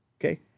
Okay